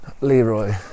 Leroy